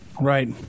Right